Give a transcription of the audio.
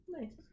Nice